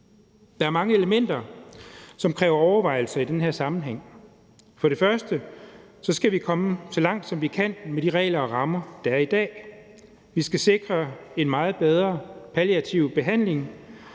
Der er mange elementer, som kræver overvejelse i den her sammenhæng. Først skal vi komme så langt, som vi kan, med de regler og rammer, der er i dag. Vi skal sikre en meget bedre palliativ behandling,